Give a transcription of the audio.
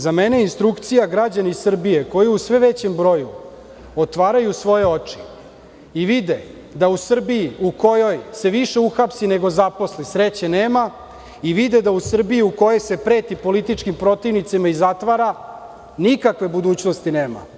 Za mene je instrukcija građani Srbije, koji u sve većem broju otvaraju svoje oči i vide da u Srbiji u kojoj se više uhapsi nego zaposli sreće nema, i vide da u Srbiji u kojoj se preti političkim protivnicima i zatvara, nikakve budućnosti nema.